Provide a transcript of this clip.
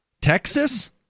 Texas